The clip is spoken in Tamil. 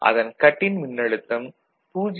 அதன் கட் இன் மின்னழுத்தம் 0